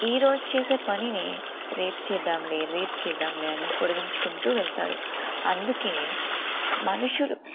ఈరోజు చేసే పనిని రేపు చేద్దాంలే రేపు చేద్దాంలే అని పొడిగించుకుంటూ వెళ్తారు అందుకే మనుషులు